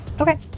Okay